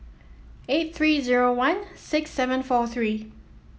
eight three zero one six seven four three